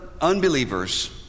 unbelievers